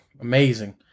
amazing